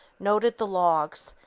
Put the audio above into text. noted the logs,